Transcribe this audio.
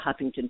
Huffington